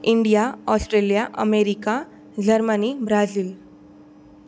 India Australia America Germany Brazil